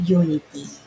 unity